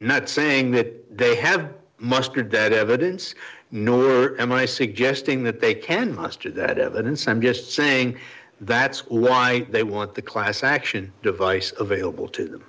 not saying that they have mustered that evidence nor am i suggesting that they can muster that evidence i'm just saying that's why they want the class action device available to them